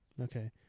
Okay